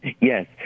Yes